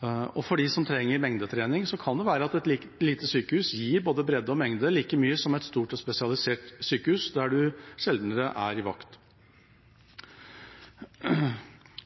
det. For de som trenger mengdetrening, kan det være at et lite sykehus gir både bredde og mengde like mye som et stort og spesialisert sykehus, der en sjeldnere er i vakt.